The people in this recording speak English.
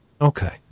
Okay